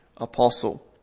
apostle